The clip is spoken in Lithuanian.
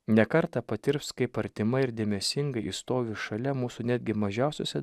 ne kartą patirs kaip artima ir dėmesingai ji stovi šalia mūsų netgi mažiausiuose